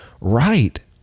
right